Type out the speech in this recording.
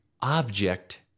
object